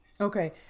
Okay